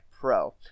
pro